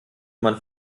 man